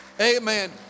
Amen